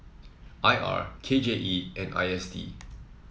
I R K J E and I S D